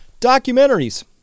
Documentaries